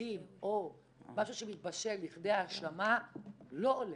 התיקים או משהו שמתבשל לכדי האשמה לא עולה.